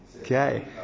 Okay